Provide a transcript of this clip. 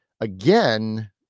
again